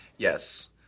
Yes